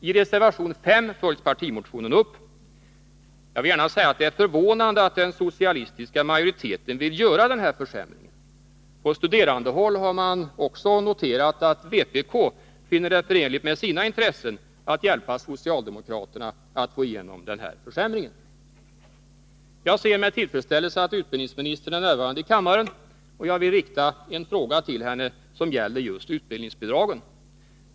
I reservation 5 i utbildningsutskottets betänkande 31 följs partimotionen upp. Det är förvånande att den socialistiska majoriteten vill göra den här försämringen. På studerandehåll har man också noterat att vpk finner det förenligt med sina intressen att hjälpa socialdemokraterna att få igenom den här försämringen. Jag ser med tillfredsställelse att utbildningsministern är närvarande i kammaren, och jag vill rikta ett par frågor till henne, som gäller just utbildningsbidragen. 1.